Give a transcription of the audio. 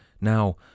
Now